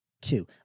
two